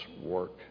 work